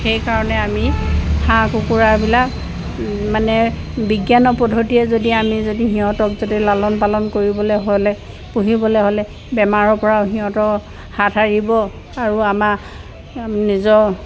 সেইকাৰণে আমি হাঁহ কুকুৰাবিলাক মানে বিজ্ঞানৰ পদ্ধতিৰে যদি আমি যদি সিহঁতক যদি লালন পালন কৰিবলে হ'লে পুহিবলৈ হ'লে বেমাৰৰ পৰাও সিহঁতক হাত সাৰিব আৰু আমাৰ নিজৰ